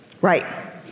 Right